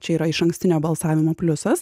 čia yra išankstinio balsavimo pliusas